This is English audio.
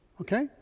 okay